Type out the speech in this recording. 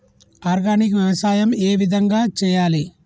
Organic వ్యవసాయం ఏ విధంగా చేయాలి?